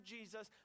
Jesus